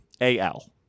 AL